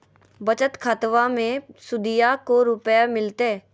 बचत खाताबा मे सुदीया को रूपया मिलते?